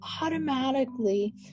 automatically